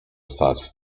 stać